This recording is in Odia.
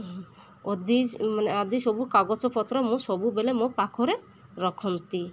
ଆଦି ମାନେ ଆଦି ସବୁ କାଗଜପତ୍ର ମୁଁ ସବୁବେଳେ ମୋ ପାଖରେ ରଖନ୍ତି